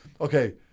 Okay